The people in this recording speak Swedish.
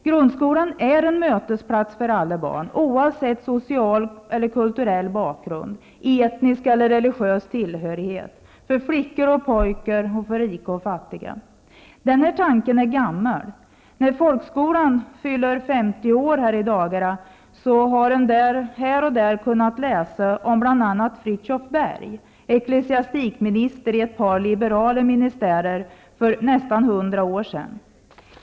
Grundskolan är en mötesplats för alla barn, oavsett social och kulturell bakgrund, etnisk eller religiös tillhörighet, för flickor och pojkar, för rika och fattiga. Den tanken är gammal. När folkskolan i dagarna fyller 150 år har man här och där kunnat läsa om Fridtjuv Berg, ecklesiastikminister i ett par liberala ministärer för nästan 100 år sedan.